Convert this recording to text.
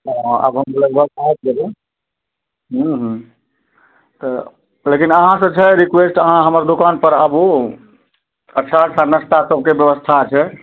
हँ आब हम लगभग आबि जेबै हूँ हूँ तऽ लेकिन अहाँ सँ छै रिक्वेस्ट अहाँ हमर दोकानपर आबू अच्छा अच्छा नस्ता सबके व्यवस्था छै